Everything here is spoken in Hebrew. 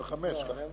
לא.